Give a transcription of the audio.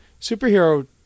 superhero